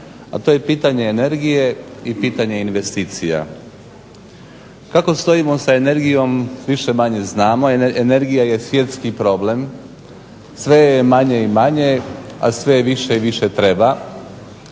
a to je pitanje energije i pitanje investicija. Kako stojimo sa energijom više-manje znamo. Energija je svjetski problem, sve je je manje i manje, a sve je više i više treba,